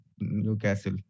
Newcastle